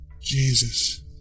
Jesus